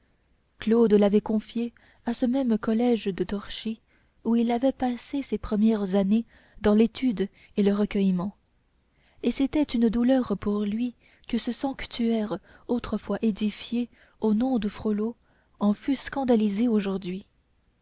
claude l'avait confié à ce même collège de torchi où il avait passé ses premières années dans l'étude et le recueillement et c'était une douleur pour lui que ce sanctuaire autrefois édifié du nom de frollo en fût scandalisé aujourd'hui